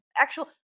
actual